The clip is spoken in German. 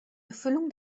erfüllung